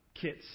kits